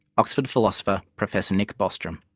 oxford philosopher, professor nick bostrom.